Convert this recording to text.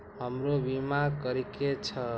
हमरो बीमा करीके छः?